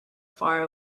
far